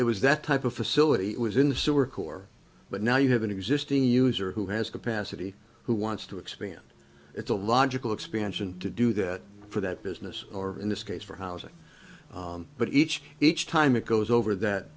it was that type of facility it was in the sewer core but now you have an existing user who has capacity who wants to expand it's a logical expansion to do that for that business or in this case for housing but each each time it goes over that